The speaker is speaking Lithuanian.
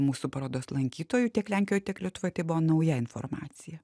mūsų parodos lankytojų tiek lenkijoj tiek lietuvoj tai buvo nauja informacija